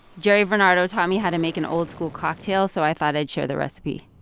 jerry varnado taught me how to make an old-school cocktail, so i thought i'd share the recipe